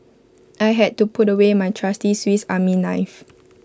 I had to put away my trusty Swiss army knife